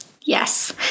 Yes